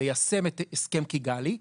ליישם את הסכם קיגאלי.